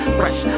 fresh